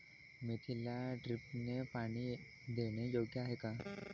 मेथीला ड्रिपने पाणी देणे योग्य आहे का?